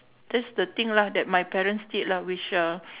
that's the thing lah that my parents did lah which uh